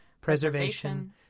preservation